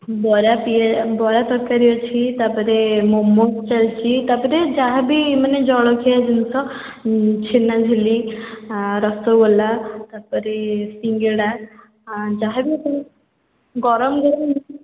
ବରା ପିଆ ବରା ତରକାରୀ ଅଛି ତା'ପରେ ମୋମୋଜ୍ ଚାଲିଛି ତା'ପରେ ଯାହାବି ମାନେ ଜଳଖିଆ ଜିନିଷ ଛେନାଝିଲ୍ଲୀ ରସଗୋଲା ତା'ପରେ ସିଙ୍ଗେଡ଼ା ଯାହାବି ତ ଗରମ ଗରମ ଅଛି